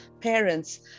parents